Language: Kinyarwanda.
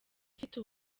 ufite